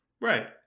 Right